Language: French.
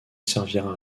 servira